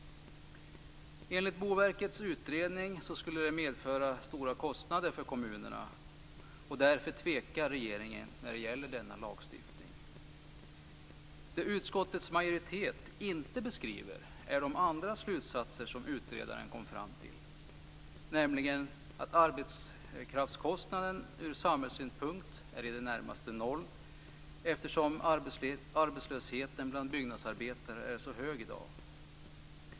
Enligt Boverkets utredning skulle det medföra stora kostnader för kommunerna, och därför tvekar regeringen när det gäller denna lagstiftning. Det utskottets majoritet inte beskriver är de andra slutsatser som utredaren kom fram till, nämligen att arbetskraftskostnaden från samhällssynpunkt i det närmaste är noll eftersom arbetslösheten bland byggnadsarbetare i dag är så hög.